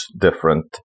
different